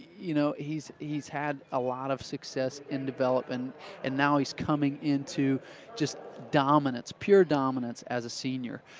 you know he's he's had a lot of success and development and now he's coming into just dominance, pure dominance as a senior,